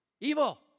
Evil